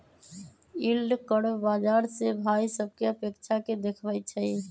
yield curve बाजार से भाइ सभकें अपेक्षा के देखबइ छइ